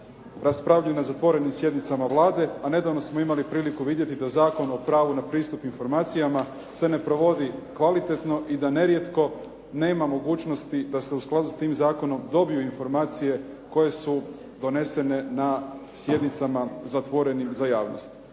raspravljaju na zatvorenim sjednicama Vlade, a nedavno smo imali priliku vidjeti da Zakon o pravu na pristup informacijama se ne provodi kvalitetno i da nerijetko nema mogućnosti da se u skladu s tim zakonom dobiju informacije koje su donesene na sjednicama zatvorenim za javnost.